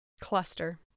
cluster